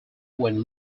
when